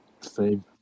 save